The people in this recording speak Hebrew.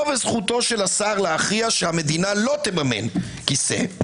וזכותו של השר להכריע שהמדינה לא תממן כיסא?